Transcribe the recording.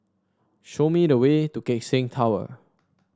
show me the way to Keck Seng Tower